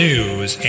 news